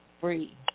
free